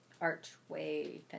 archway